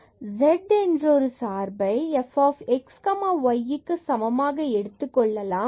நாம் z என்னுமொரு சார்பை fxy இதற்கு சமமாக எடுத்துக் கொள்ளலாம்